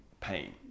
pain